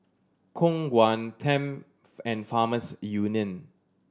Khong Guan Tempt and Farmers Union